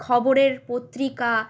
খবরের পত্রিকা